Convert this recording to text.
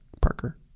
Parker